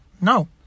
No